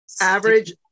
average